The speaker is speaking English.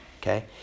okay